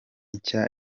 nshya